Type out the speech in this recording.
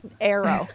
Arrow